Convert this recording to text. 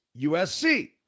USC